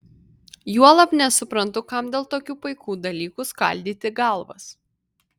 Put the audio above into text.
juolab nesuprantu kam dėl tokių paikų dalykų skaldyti galvas